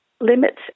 limits